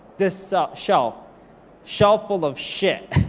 this shelf shelf full of shit.